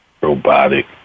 Robotic